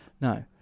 No